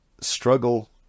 struggle